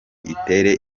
itere